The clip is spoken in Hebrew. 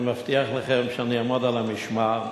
אני מבטיח לכם שאני אעמוד על המשמר,